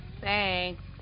Thanks